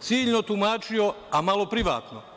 ciljno tumačio, a malo privatno.